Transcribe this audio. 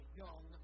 young